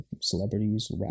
celebrities